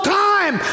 time